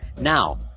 Now